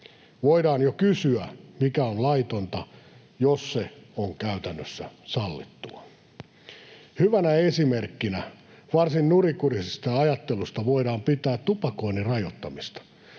Voidaan jo kysyä, mikä on laitonta, jos se on käytännössä sallittua. Hyvänä esimerkkinä varsin nurinkurisesta ajattelusta voidaan pitää tupakoinnin rajoittamista.